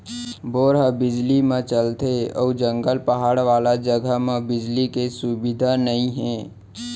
bore ह बिजली म चलथे अउ जंगल, पहाड़ वाला जघा म बिजली के सुबिधा नइ हे